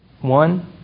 One